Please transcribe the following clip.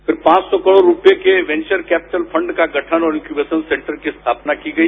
फिर पांच सौ करोड़ रूपये के वेंचर कैपिटल फंड का गठन और ईक्यूवेशन सेंटर की स्थापना की गई